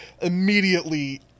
immediately